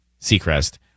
Seacrest